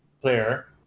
player